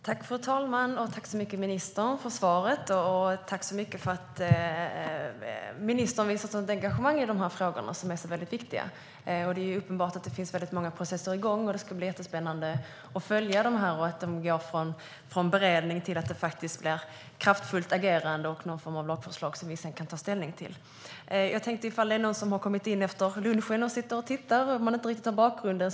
Svar på interpellationer Fru talman! Tack, ministern, för svaret! Tack även för att ministern visar ett sådant engagemang i de här frågorna, som är så väldigt viktiga! Det är uppenbart att det finns många processer igång, och det ska bli jättespännande att följa dem från beredning till att det blir ett kraftfullt agerande och någon form av lagförslag som vi sedan kan ta ställning till. Det kanske är någon som har kommit in efter lunchen och sitter och tittar och inte riktigt har bakgrunden.